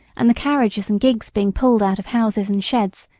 and the carriages and gigs being pulled out of houses and sheds,